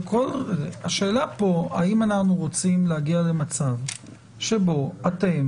השאלה כאן האם אנחנו רוצים להגיע למצב שבו אתם